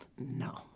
No